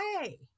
Hey